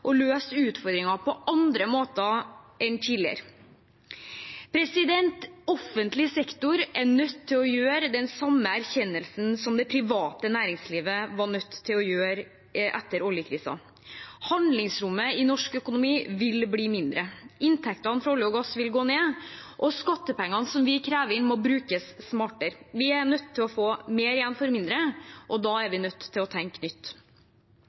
og løse utfordringene på andre måter enn tidligere. Offentlig sektor er nødt til å gjøre den samme erkjennelsen som det private næringslivet var nødt til å gjøre etter oljekrisen. Handlingsrommet i norsk økonomi vil bli mindre. Inntektene fra olje og gass vil gå ned. Og skattepengene som vi krever inn, må brukes smartere. Vi er nødt til å få mer igjen for mindre, og da er vi nødt til å tenke nytt.